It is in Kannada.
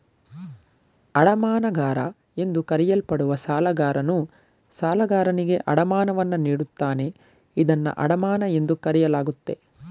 ಅಡಮಾನಗಾರ ಎಂದು ಕರೆಯಲ್ಪಡುವ ಸಾಲಗಾರನು ಸಾಲಗಾರನಿಗೆ ಅಡಮಾನವನ್ನು ನೀಡುತ್ತಾನೆ ಇದನ್ನ ಅಡಮಾನ ಎಂದು ಕರೆಯಲಾಗುತ್ತೆ